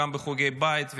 גם בחוגי בית,